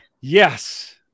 Yes